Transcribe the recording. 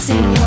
Sing